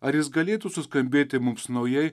ar jis galėtų suskambėti mums naujai